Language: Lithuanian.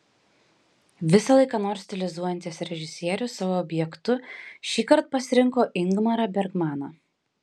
visąlaik ką nors stilizuojantis režisierius savo objektu šįkart pasirinko ingmarą bergmaną